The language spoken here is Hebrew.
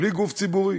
בלי גוף ציבורי.